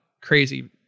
crazy